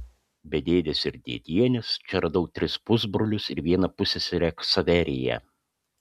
be dėdės ir dėdienės čia radau tris pusbrolius ir vieną pusseserę ksaveriją